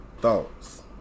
Thoughts